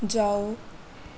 ਜਾਓ